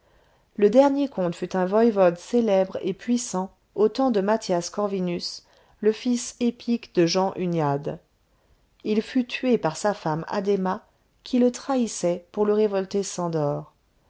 le dernier comte fut un voyvode célèbre et puissant au temps de mathias corvinus le fils épique de jean hunyade il fut tué par sa femme addhéma qui le trahissait pour le révolté szandor